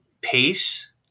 pace